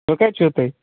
وۅنۍ کَتہِ چھُو تُہۍ